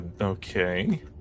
okay